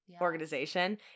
organization